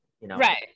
Right